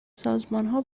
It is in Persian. سازمانها